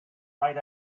right